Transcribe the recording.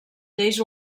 lleis